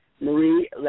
Marie